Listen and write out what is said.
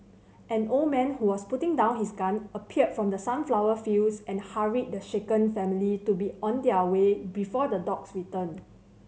an old man who was putting down his gun appeared from the sunflower fields and hurried the shaken family to be on their way before the dogs return